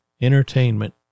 entertainment